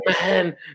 man